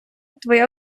твоя